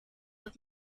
has